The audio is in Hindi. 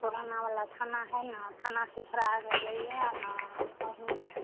पुराना वाला थाना है ना थाना से थोड़ा आगे जाइएगा ना वहीं पर है